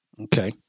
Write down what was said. Okay